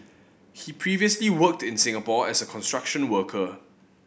he previously worked in Singapore as a construction worker